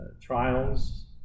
trials